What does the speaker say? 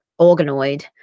organoid